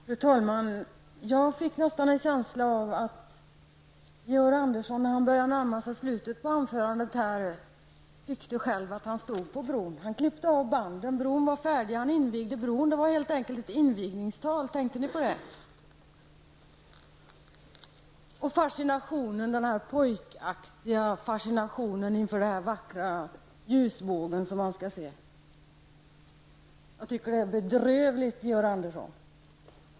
Fru talman! Jag fick nästan en känsla av att Georg Andersson, när han började närma sig slutet på anförandet, tyckte att han själv stod på bron. Han klippte av banden, bron var färdig. Han invigde bron. Det var helt enkelt ett invigningstal, tänkte ni på det? Och den pojkaktiga fascinationen inför den vackra ljusbågen som han skall se fanns där. Jag tycker att det är bedrövligt, Georg Andersson.